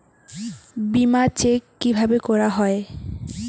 বিমা চেক কিভাবে করা হয়?